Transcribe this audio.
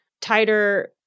tighter